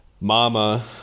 Mama